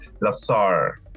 Lazar